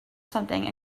something